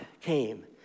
came